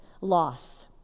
loss